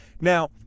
Now